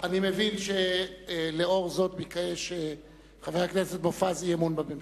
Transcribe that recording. אני מבין שלאור זאת ביקש חבר הכנסת מופז אי-אמון בממשלה.